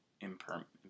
impermanence